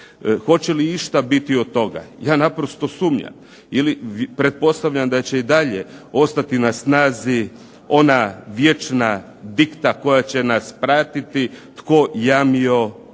hoće li ići išta biti od toga. Ja naprosto sumnjam ili pretpostavljam da će i dalje ostati na snazi ona vječna dikta koja će nas pratiti "tko jamio, jamio".